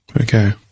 Okay